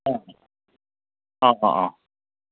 অ' অ' অ' অ'